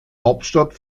hauptstadt